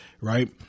right